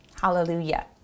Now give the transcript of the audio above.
Hallelujah